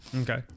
Okay